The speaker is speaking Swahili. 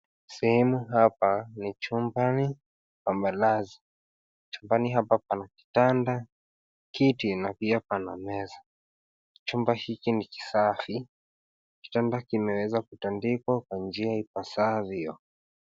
Sehemu hapa ni chumbani pa malazi. Chumbani hapa pana kitanda, kiti, na pia pana meza. Chumba hiki ni kisafi. Kitanda kimeweza kutandikwa kwa njia ipasavyo.